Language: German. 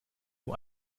nur